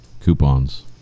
Coupons